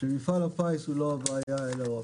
מפעל הפיס הוא לא הבעיה אלא הפתרון.